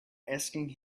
asking